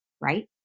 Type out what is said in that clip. right